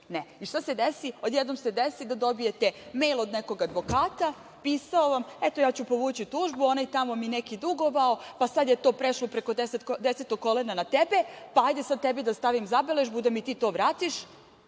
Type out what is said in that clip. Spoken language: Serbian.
Ne. I šta se desi? Odjednom se desi da dobijete mejl od nekog advokata, pisao vam, eto, ja ću povući tužbu, onaj tamo mi neki dugovao, pa sad je to prešlo preko 10. kolena na tebe, pa hajde sad tebi da stavim zabeležbu da mi ti to vratiš.